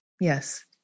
Yes